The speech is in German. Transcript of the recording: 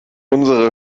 unsere